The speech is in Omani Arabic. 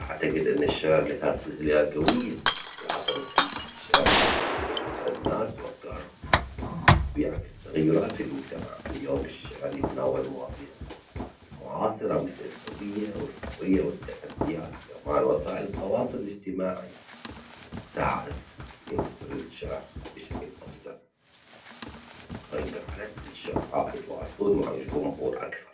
أعتقد أن الشعر لها صلة جوية بالعصر الحديث، الشعر يعبر عن مشاعر الناس وأفكارهم بيعكس تغيرات في المجتمع، اليوم الشعر يتناول مواضيع معاصرة مثل الهوية والحرية والتحديات، كمان وسائل التواصل الاجتماعي ساعدت في نشر الشعر بشكل أوسع، جد جعلت الشعراء يتواصلون مع الجمهور أكثر.